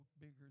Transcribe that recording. bigger